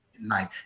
night